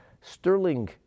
sterling